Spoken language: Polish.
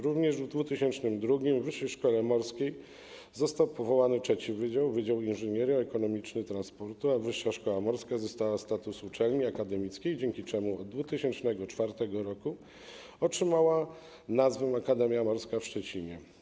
Również w 2002 r. w Wyższej Szkole Morskiej został powołany trzeci wydział - Wydział Inżynieryjno-Ekonomiczny Transportu, a Wyższa Szkoła Morska zyskała status uczelni akademickiej, dzięki czemu od 2004 r. otrzymała nazwę Akademia Morska w Szczecinie.